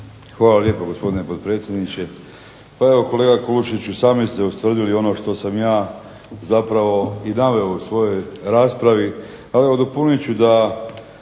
Hvala lijepo gospodine potpredsjedniče. Pa evo kolega Kulušiću, sami ste ustvrdili ono što sam ja zapravo i naveo u svojoj raspravi, ali evo dopunit ću da